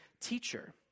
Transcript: teacher